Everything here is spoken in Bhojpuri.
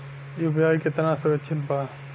यू.पी.आई कितना सुरक्षित बा?